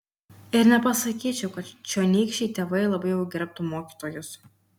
ir nepasakyčiau kad čionykščiai tėvai labai jau gerbtų mokytojus